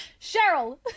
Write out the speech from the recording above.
Cheryl